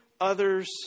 others